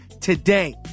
today